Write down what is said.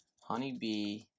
Honeybee